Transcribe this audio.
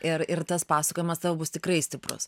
ir ir tas pasakojimas tau bus tikrai stiprus